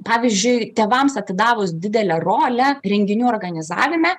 pavyzdžiui tėvams atidavus didelę rolę renginių organizavime